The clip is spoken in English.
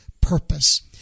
purpose